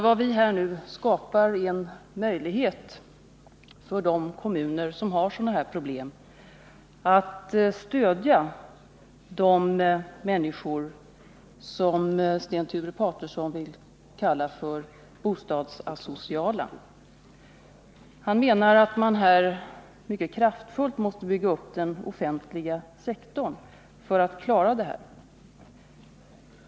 Vad vi nu skapar är en möjlighet för de kommuner som har sådana här problem att stödja de människor som Sten Sture Paterson vill kalla bostadsasociala. Han menar att man mycket kraftfullt måste bygga upp den offentliga sektorn för att kunna klara det här.